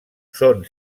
són